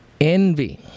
Envy